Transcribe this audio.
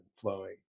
flowing